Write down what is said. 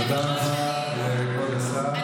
תודה רבה לכבוד השר.